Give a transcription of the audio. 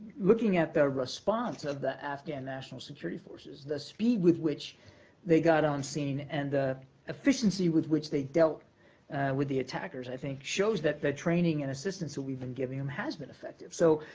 looking at the response of the afghan national security forces, the speed with which they got on scene and the efficiency with which they dealt with the attackers, i think, shows that the training and assistance that we've been giving them has been effective. so,